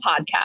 podcast